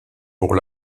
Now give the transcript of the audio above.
pour